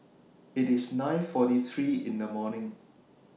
IT IS nine forty three in The morning